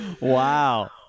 Wow